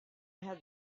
had